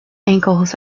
ankles